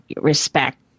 respect